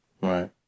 Right